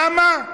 למה?